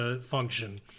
function